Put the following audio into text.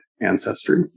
ancestry